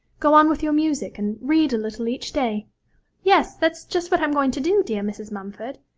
go on with your music, and read a little each day yes, that's just what i'm going to do, dear mrs. mumford.